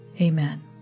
Amen